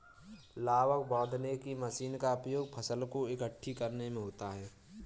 लावक बांधने की मशीन का उपयोग फसल को एकठी करने में होता है